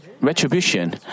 retribution